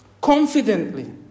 confidently